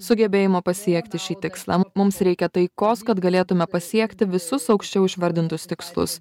sugebėjimo pasiekti šį tikslą mums reikia taikos kad galėtume pasiekti visus aukščiau išvardintus tikslus